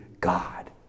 God